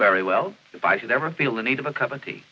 very well if i should ever feel the need of a cup of tea